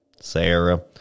Sarah